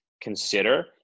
consider